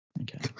Okay